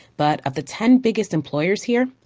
but of the ten biggest employers here,